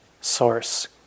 source